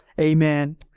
Amen